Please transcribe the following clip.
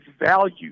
value